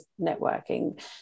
networking